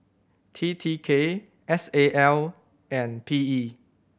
T T K S A L and P E